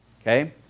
Okay